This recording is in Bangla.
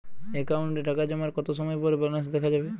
অ্যাকাউন্টে টাকা জমার কতো সময় পর ব্যালেন্স দেখা যাবে?